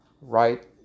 Right